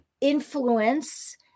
influence